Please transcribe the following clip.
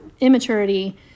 immaturity